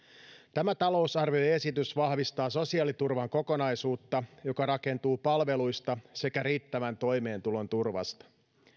tämä talousarvioesitys vahvistaa sosiaaliturvan kokonaisuutta joka rakentuu palveluista sekä riittävän toimeentulon turvasta